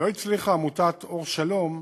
לא הצליחה עמותת "אור שלום"